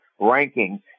ranking